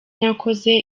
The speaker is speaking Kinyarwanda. nakoze